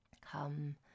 come